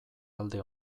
alde